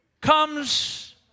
comes